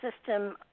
system